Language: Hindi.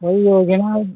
कोई योजना